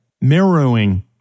Mirroring